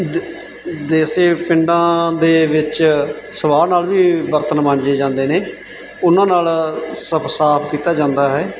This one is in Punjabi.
ਜੇ ਜੇਸੇ ਪਿੰਡਾਂ ਦੇ ਵਿੱਚ ਸਵਾਹ ਨਾਲ ਵੀ ਬਰਤਨ ਮਾਂਜੇ ਜਾਂਦੇ ਨੇ ਉਹਨਾਂ ਨਾਲ ਸਭ ਸਾਫ਼ ਕੀਤਾ ਜਾਂਦਾ ਹੈ